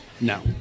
No